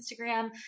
Instagram